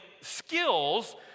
skills